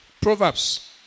Proverbs